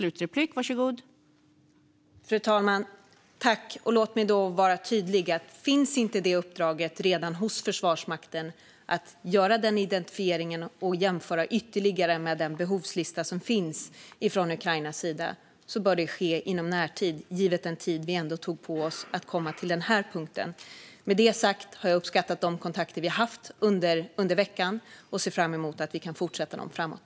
Fru talman! Låt mig vara tydlig: Om uppdraget inte redan finns hos Försvarsmakten att göra den identifieringen och att jämföra ytterligare med Ukrainas behovslista bör det ske i närtid, givet den tid vi ändå tog på oss för att komma till den här punkten. Med det sagt har jag uppskattat de kontakter vi har haft under veckan och ser fram emot att vi kan fortsätta med dem framåt.